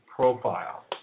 profile